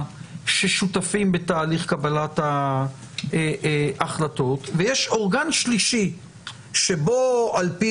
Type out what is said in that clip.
ששותפים בתהליך קבלת ההחלטות ויש אורגן שלישי שבו על פי